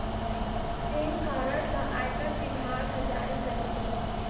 PAN card ल आयकर बिभाग ह जारी करथे